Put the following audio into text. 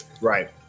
Right